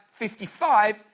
55